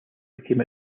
became